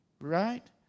right